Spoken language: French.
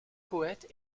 poète